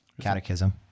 catechism